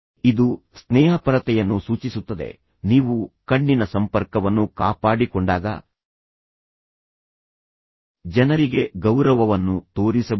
ಇದು ಸ್ನೇಹಪರತೆಯನ್ನು ಸೂಚಿಸುತ್ತದೆ ನೀವು ಕಣ್ಣಿನ ಸಂಪರ್ಕವನ್ನು ಕಾಪಾಡಿಕೊಂಡಾಗ ಜನರಿಗೆ ಗೌರವವನ್ನು ತೋರಿಸಬಹುದು